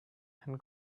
and